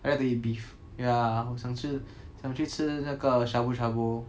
I like to eat beef ya 我想吃想去吃那个 shabu shabu